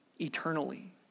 eternally